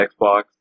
Xbox